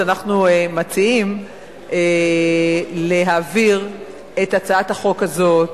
אנחנו מציעים להעביר את הצעת החוק הזאת,